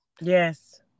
yes